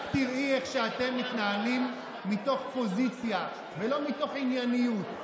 רק תראי איך אתם מתנהלים מתוך פוזיציה ולא מתוך ענייניות.